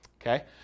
okay